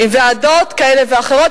עם ועדות כאלה ואחרות,